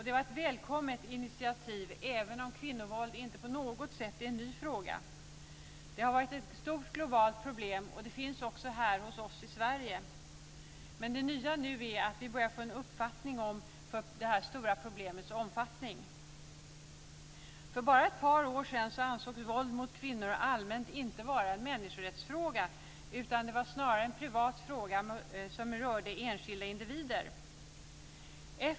Det var ett välkommet initiativ, även om kvinnovåld inte på något sätt är en ny fråga. Det har länge varit ett stort, globalt problem, och det finns också här hos oss i Sverige. Men det nya är att vi börjar få en uppfattning om problemets omfattning. För bara ett par år sedan ansågs våld mot kvinnor inte vara en människorättsfråga, utan det var snarare en privat fråga som rörde enskilda individer.